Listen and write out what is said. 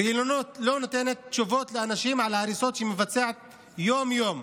והיא לא נותנת תשובות לאנשים על ההריסות שהיא מבצעת יום-יום.